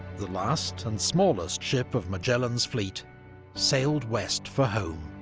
the last and smallest ship of magellan's fleet sailed west for home,